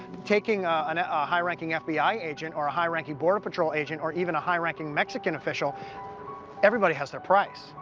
taking ah and ah high-ranking fbi agent or a high-ranking border-patrol agent or even a high-ranking mexican official everybody has their price.